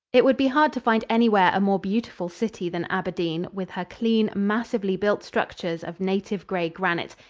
it would be hard to find anywhere a more beautiful city than aberdeen, with her clean, massively built structures of native gray granite,